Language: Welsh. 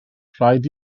rhaid